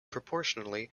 proportionally